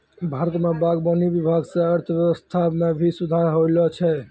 भारत मे बागवानी विभाग से अर्थव्यबस्था मे भी सुधार होलो छै